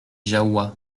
jahoua